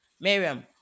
Miriam